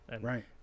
Right